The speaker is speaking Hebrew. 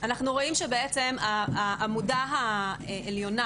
אנחנו רואים שבעצם העמודה העליונה